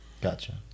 gotcha